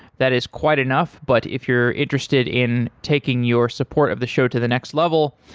that is quite enough, but if you're interested in taking your support of the show to the next level,